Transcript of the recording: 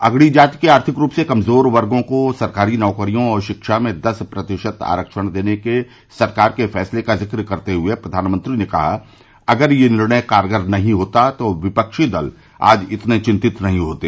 अगड़ी जाति के आर्थिक रूप से कमजोर वर्गों को सरकारी नौकरियों और शिक्षा में दस प्रतिशत आरक्षण देने के सरकार के फैसले का जिक्र करते हुए प्रधानमंत्री ने कहा कि अगर यह निर्णय कारगर नहीं होता तो विफ्की दल आज इतने चिंतित नहीं होते